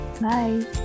Bye